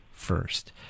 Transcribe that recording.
first